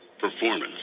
performance